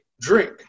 drink